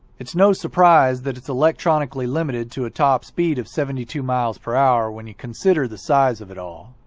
it's no surprise that it's electronically limited to a top speed of seventy two miles per hour when you consider the size of it all.